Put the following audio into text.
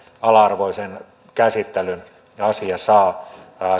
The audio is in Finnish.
ala arvoisen käsittelyn asia saa